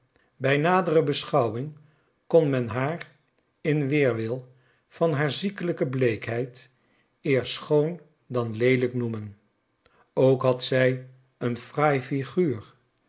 bij nadere beschouwing kon men haar in weerwil van haar ziekelijke bleekheid eer schoon dan leelijk noemen ook had zij een fraai figuur